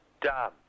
done